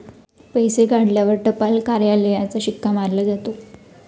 पैसे काढल्यावर टपाल कार्यालयाचा शिक्का मारला जातो